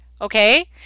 Okay